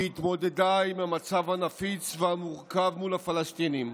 שהתמודדה עם המצב הנפיץ והמורכב מול הפלסטינים,